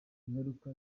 ingaruka